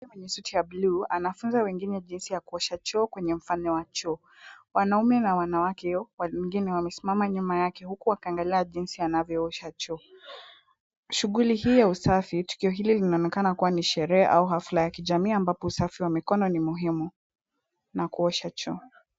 Mtu mwenye suti ya blue anafunza wengine jinsi ya kuosha choo, kwenye mfano wa choo. Wanaume na wanawke wengine wamesimama nyuma yake huku wakiangalia jinsi anavyoosha choo. Shughuli hii ya usafi, tukio hili linaonekana kuwa ni sherehe au hafla ya kijamii ambapo usafi wa mikono ni muhimu, na kuosha choo.